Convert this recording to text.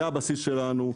זה הבסיס שלנו,